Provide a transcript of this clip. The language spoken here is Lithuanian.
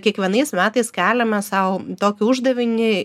kiekvienais metais keliame sau tokį uždavinį